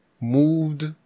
Moved